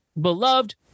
beloved